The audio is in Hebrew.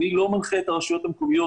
אני לא מנחה את הרשויות המקומיות.